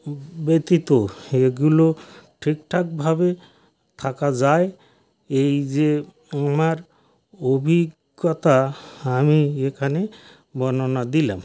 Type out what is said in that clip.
ব্যতীত এগুলো ঠিকঠাকভাবে থাকা যায় এই যে আমার অভিজ্ঞতা আমি এখানে বর্ণনা দিলাম